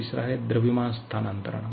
तीसरा है द्रव्यमान स्थानांतरण